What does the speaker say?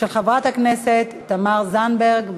של חברת הכנסת תמר זנדברג.